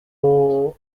aho